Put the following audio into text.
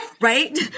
Right